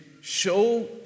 show